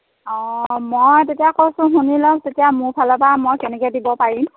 অঁ মই তেতিয়া কৈছোঁ শুনি লওক তেতিয়া মোৰফালৰপৰা মই কেনেকৈ দিব পাৰিম